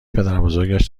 پدربزرگش